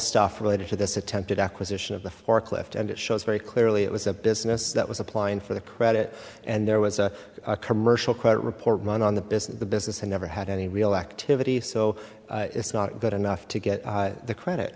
stuff related to this attempted acquisition of the forklift and it shows very clearly it was a business that was applying for the credit and there was a commercial credit report run on the business the business had never had any real activity so it's not good enough to get the credit